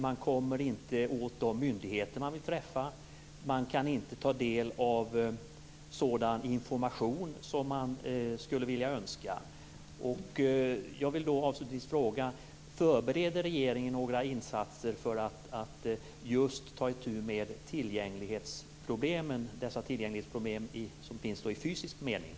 Man kommer inte åt de myndigheter man vill träffa. Man kan inte ta del av sådan information som man skulle önska.